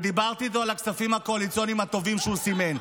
ודיברתי איתו על הכספים הקואליציוניים הטובים שהוא סימן.